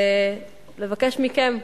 ולבקש מכם,